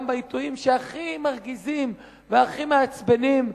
גם בעיתויים שהכי מרגיזים והכי מעצבנים.